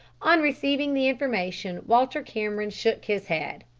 on receiving the information walter cameron shook his head.